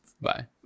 Bye